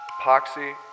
epoxy